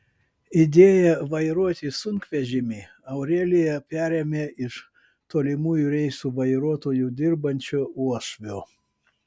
idėją vairuoti sunkvežimį aurelija perėmė iš tolimųjų reisų vairuotoju dirbančio uošvio